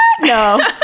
no